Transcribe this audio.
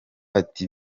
ati